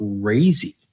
crazy